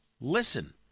listen